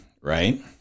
right